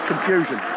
Confusion